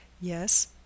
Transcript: Yes